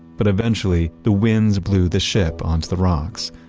but eventually the winds blew the ship onto the rocks.